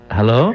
Hello